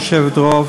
כבוד היושבת-ראש,